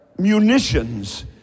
munitions